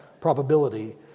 probability